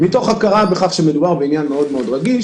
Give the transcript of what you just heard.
מתוך הכרה בכך שמדובר בעניין מאוד רגיש